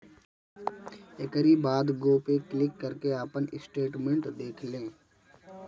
एकरी बाद गो पे क्लिक करके आपन स्टेटमेंट देख लें